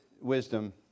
wisdom